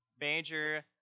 major